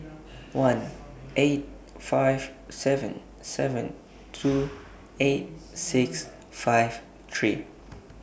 one eight five seven seven two eight six five three